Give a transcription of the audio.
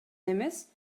эмес